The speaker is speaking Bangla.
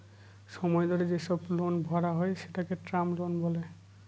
সময় ধরে যেসব লোন ভরা হয় সেটাকে টার্ম লোন বলে